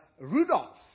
Rudolph